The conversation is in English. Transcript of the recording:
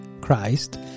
Christ